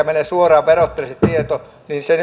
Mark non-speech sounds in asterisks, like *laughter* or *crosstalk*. *unintelligible* menee suoraan verottajalle se *unintelligible*